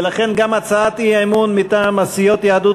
ולכן גם הצעת האי-אמון מטעם סיעות יהדות